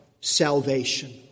salvation